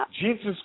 Jesus